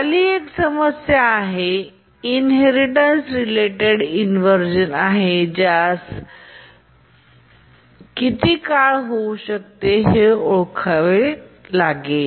खाली एक समस्या आहे आणि इनहेरिटेन्स रिलेटेड इन्व्हरझेन आहे ज्यास येऊ शकते आणि हे किती काळ होऊ शकते ते ओळखावे लागेल